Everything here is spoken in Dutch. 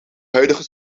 huidige